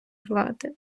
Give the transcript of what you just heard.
влади